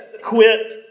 Quit